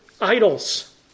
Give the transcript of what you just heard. idols